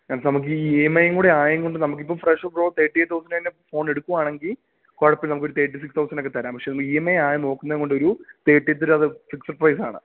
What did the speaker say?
അത് നമുക്ക് ഈ ഇ എം ഐ കൂടെയായതുകൊണ്ട് നമുക്കിപ്പോള് ഫ്രഷ് ബ്രോ തേട്ടി എയിറ്റ് തൗസണ്ട് തന്നെ ഫോൺ എടുക്കുകയാണെങ്കില് കുഴപ്പമില്ല നമുക്കൊരു തേർട്ടി സിക്സ് തൗസണ്ടിനൊക്കെ തരാം പക്ഷേ ഇ എം ഐ ആയി നോക്കുന്നതുകൊണ്ടൊരു തേട്ടി ത്രീ അത് ഫിക്സഡ് പ്രൈസാണ്